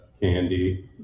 candy